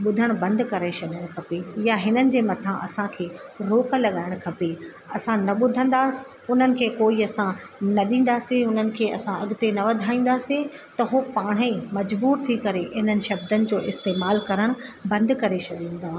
ॿुधणु बंदि करे छॾणु खपे या हिननि जे मथां असांखे रोकु लॻाइणु खपे असां न ॿुधंदासीं हुननि खे कोई असां न ॾींदासी हुननि खे असां अॻिते न वधाईंदासीं त उहो पाण ई मजबूर थी करे हिननि शब्दनि जो इस्तेमाल करणु बंदि करे छॾींदा